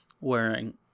Wearing